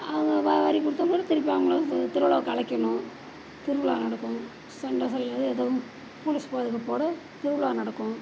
அவங்க வரி கொடுத்தொடனே திருப்பி அவங்கள வந் திருவிழாக்கு அழைக்கணும் திருவிழா நடக்கும் சண்டை எதுவும் போலீஸ் பாதுகாப்போடு திருவிழா நடக்கும்